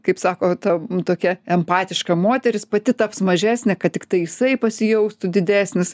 kaip sako tau tokia empatiška moteris pati taps mažesnė kad tiktai jisai pasijaustų didesnis